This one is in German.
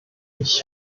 ich